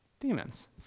Demons